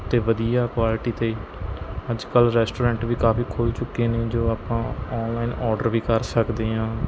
ਅਤੇ ਵਧੀਆ ਕੁਆਲਿਟੀ ਅਤੇ ਅੱਜ ਕੱਲ੍ਹ ਰੈਸਟੋਰੈਂਟ ਵੀ ਕਾਫੀ ਖੁੱਲ ਚੁੱਕੇ ਨੇ ਜੋ ਆਪਾਂ ਔਨਲਾਈਨ ਔਡਰ ਵੀ ਕਰ ਸਕਦੇ ਹਾਂ